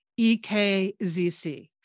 EKZC